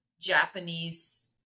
Japanese